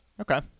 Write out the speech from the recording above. Okay